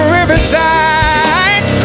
Riverside